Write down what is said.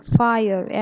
fire